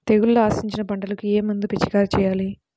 తెగుళ్లు ఆశించిన పంటలకు ఏ మందు పిచికారీ చేయాలి?